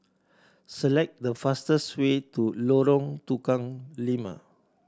select the fastest way to Lorong Tukang Lima